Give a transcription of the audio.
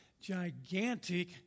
gigantic